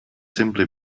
simply